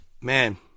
man